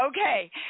Okay